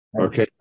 okay